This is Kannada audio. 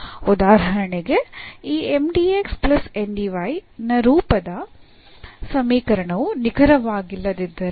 ಉದಾಹರಣೆಗೆ ಈ ನ ರೂಪದ ಸಮೀಕರಣವು ನಿಖರವಾಗಿಲ್ಲದಿದ್ದರೆ